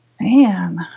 Man